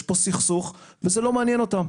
יש פה סכסוך, וזה לא מעניין אותם.